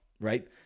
Right